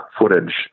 footage